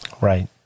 right